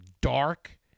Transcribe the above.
dark